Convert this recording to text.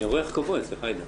אני אורח כבוד אצלך, עאידה.